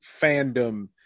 fandom